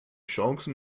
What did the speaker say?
chancen